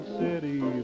city